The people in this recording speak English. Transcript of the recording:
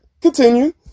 continue